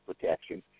protection